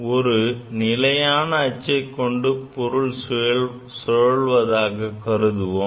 ஒரு நிலையான அச்சை கொண்டு பொருள் சுழலுவதாக கருதுவோம்